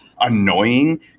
annoying